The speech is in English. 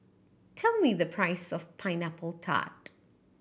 tell me the price of Pineapple Tart